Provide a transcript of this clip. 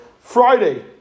Friday